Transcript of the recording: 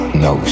no